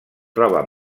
troba